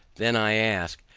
then i ask,